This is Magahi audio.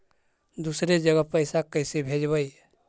दुसरे जगह पैसा कैसे भेजबै?